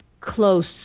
close